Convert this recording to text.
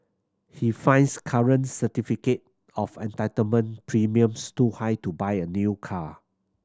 he finds current certificate of entitlement premiums too high to buy a new car